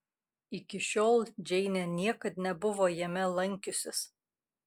iki šiol džeinė niekad nebuvo jame lankiusis